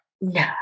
No